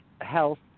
health